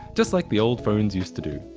just like the old phones used to do.